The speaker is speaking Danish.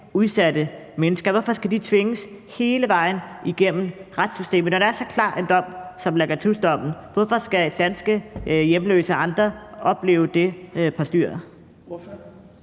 udsatte mennesker? Hvorfor skal de tvinges hele vejen igennem retssystemet? Når der er så klar en dom som Lacatusdommen, hvorfor skal danske hjemløse og andre så opleve det postyr?